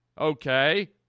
Okay